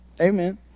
Amen